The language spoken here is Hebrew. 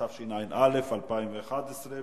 התשע"א 2011,